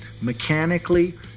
mechanically